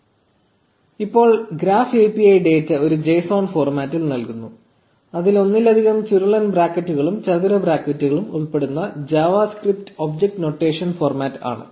0914 ഇപ്പോൾ graph API data ഒരു json ഫോർമാറ്റിൽ നൽകുന്നു അതിൽ ഒന്നിലധികം ചുരുളൻ ബ്രാക്കറ്റുകളും ചതുര ബ്രാക്കറ്റുകളും ഉൾപ്പെടുന്ന javascript ഒബ്ജക്റ്റ് നൊട്ടേഷൻ ഫോർമാറ്റ് ആണ്